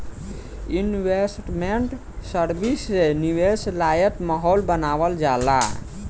investment service से निवेश लायक माहौल बानावल जाला